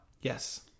Yes